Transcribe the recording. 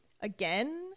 again